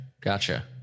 Gotcha